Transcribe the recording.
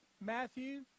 Matthew